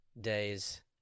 days